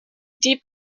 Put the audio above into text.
die